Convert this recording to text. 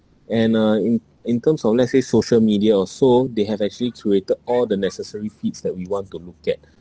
and uh in in terms of let's say social media or so they have actually curated all the necessary feeds that we want to look at